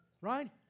right